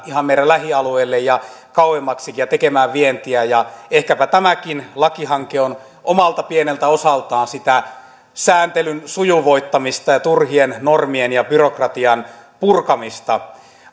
ihan meidän lähialueellemme ja kauemmaksikin ja tekemään vientiä ehkäpä tämäkin lakihanke on omalta pieneltä osaltaan sitä sääntelyn sujuvoittamista ja turhien normien ja byrokratian purkamista